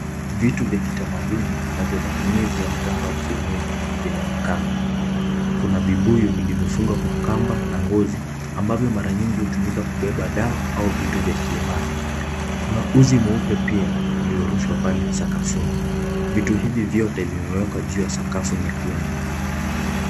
Vitu vya kitamaduni na vya matumizi ya mganga wa kienyeji vinaonekana. Kuna vibuyu vilivyofungwa kwa kamba na nguo ambavyo mara mingi hutumika kubeba dawa au vitu vya kiimani. Kuna uzi mweupe pia uliorushwa pale sakafuni. Vitu hivi vyote vimewekwa juu ya sakafu nyekundu.